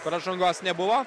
pražangos nebuvo